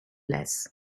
less